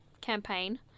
campaign